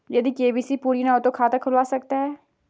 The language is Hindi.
यदि के.वाई.सी पूरी ना हो तो खाता खुल सकता है?